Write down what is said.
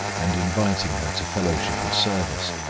and inviting her to fellowship of service,